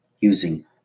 using